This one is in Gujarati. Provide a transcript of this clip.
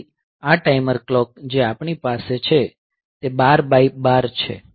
તેથી આ ટાઈમર કલોક જે આપણી પાસે છે તે 12 બાય 12 છે